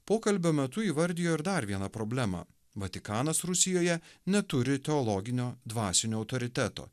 pokalbio metu įvardijo ir dar vieną problemą vatikanas rusijoje neturi teologinio dvasinio autoriteto